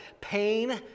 pain